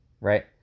right